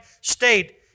state